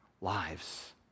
lives